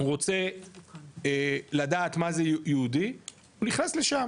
רוצה לדעת מה זה יהודי, הוא נכנס לשם